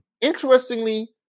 interestingly